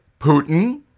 Putin